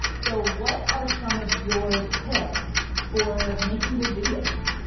so what are some of your tips for making good videos?